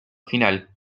final